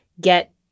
get